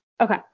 Okay